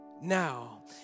Now